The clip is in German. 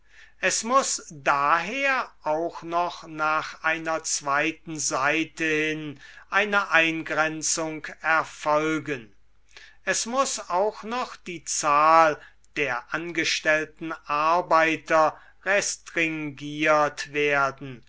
es muß daher auch noch nach einer zweiten seite hin eine eingrenzung erfolgen es muß auch noch die zahl der angestellten arbeiter restringiert werden